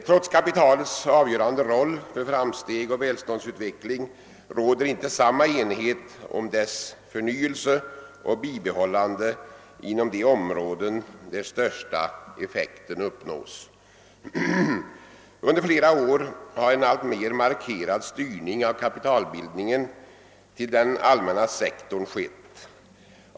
Trots kapitalets avgörande roll för framsteg och välståndsutveckling råder inte samma enighet om dess förnyelse och bibehållande inom de områden där den största effekten uppnås. Under flera år har det skett en alltmer markerad styrning av kapitalbildningen till den allmänna sektorn.